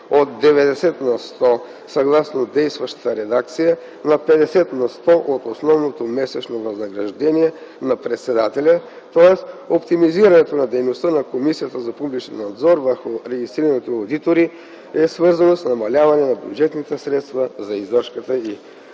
от 90 на сто съгласно действащата редакция на 50 на сто от основното месечно възнаграждение на председателя, тоест оптимизирането на дейността на Комисията за публичен надзор над регистрираните одитори е свързано с намаляване на бюджетните средства за издръжката й.